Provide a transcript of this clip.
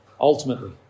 Ultimately